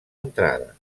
entrada